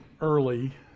early